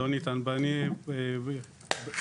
אי אפשר.